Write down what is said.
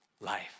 life